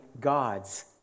gods